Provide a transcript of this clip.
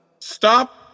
Stop